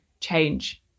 change